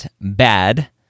Bad